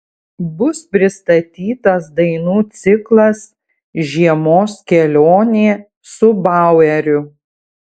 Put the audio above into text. bus pristatytas dainų ciklas žiemos kelionė su baueriu